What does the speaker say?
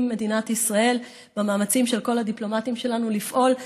עם מדינת ישראל במאמצים של כל הדיפלומטים שלנו לפעול,